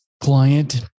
client